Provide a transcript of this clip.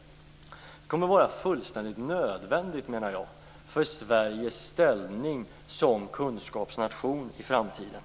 Jag menar att det kommer att vara fullständigt nödvändigt för Sveriges ställning som kunskapsnation i framtiden